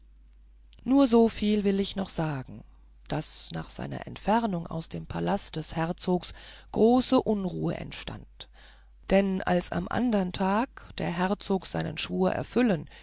nur so viel will ich noch sagen daß nach seiner entfernung aus dem palast des herzogs große unruhe entstand denn als am andern tag der herzog seinen schwur erfüllen